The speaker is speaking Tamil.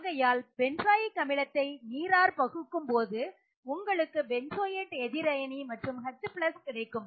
ஆகையால் பென்சாயிக் அமிலத்தை நீரார் பகுக்கும் போது உங்களுக்கு பென்சோயேட் எதிர் அயனி மற்றும் H கிடைக்கும்